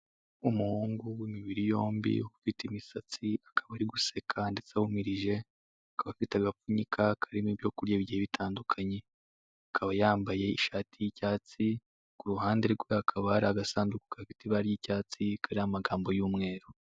Umuhungu w'imibiri yombi ufite imisatsi, akaba ari guseka ndetse ahumirije, akaba afite agapfunyika karimo ibyo kurya bigiye bitandukanye, akaba yambaye ishati y'icyatsi. Ku ruhande rwe hakaba hari agasunduku gafite ibara ry'icyatsi kariho amagambo y'umweru.